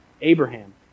Abraham